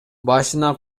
башына